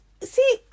See